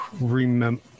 remember